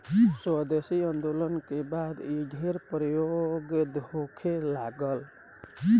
स्वदेशी आन्दोलन के बाद इ ढेर प्रयोग होखे लागल